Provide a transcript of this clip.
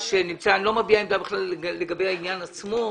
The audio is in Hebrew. אני לא מביע עמדה לגבי העניין עצמו.